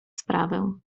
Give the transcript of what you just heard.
sprawę